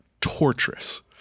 torturous